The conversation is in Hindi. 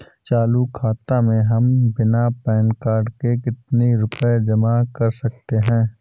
चालू खाता में हम बिना पैन कार्ड के कितनी रूपए जमा कर सकते हैं?